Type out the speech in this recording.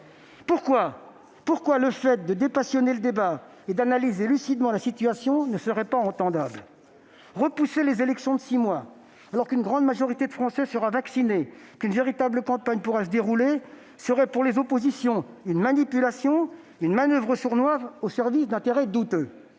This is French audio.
consulté ! Pourquoi dépassionner le débat et analyser lucidement la situation ne serait-il pas possible ? Repousser les élections de six mois, quand une grande majorité des Français sera vaccinée et qu'une véritable campagne pourra se dérouler, serait, pour les oppositions, une manipulation, une manoeuvre sournoise au service d'intérêts douteux